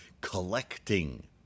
collecting